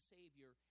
Savior